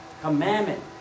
commandment